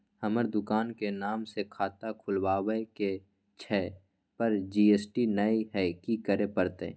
हमर दुकान के नाम से खाता खुलवाबै के छै पर जी.एस.टी नय हय कि करे परतै?